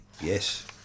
yes